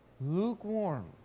Lukewarm